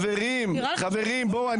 בואו,